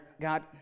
God